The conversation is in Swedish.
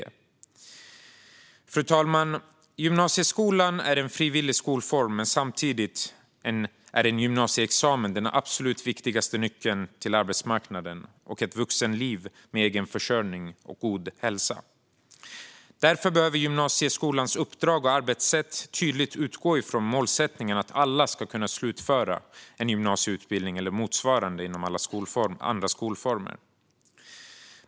Fru talman! Gymnasieskolan är en frivillig skolform, men samtidigt är en gymnasieexamen den absolut viktigaste nyckeln till arbetsmarknaden och till ett vuxenliv med egen försörjning och god hälsa. Därför behöver gymnasieskolans uppdrag och arbetssätt tydligt utgå från målsättningen att alla ska slutföra en gymnasieutbildning eller motsvarande inom andra skolformer.